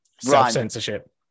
Self-censorship